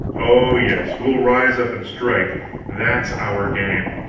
oh, yes, we'll rise up and strike that's our game.